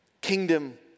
kingdom